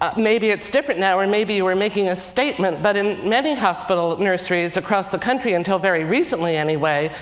um maybe it's different now, or and maybe you were making a statement but in many hospital nurseries across the country, until very recently anyway,